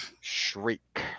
Shriek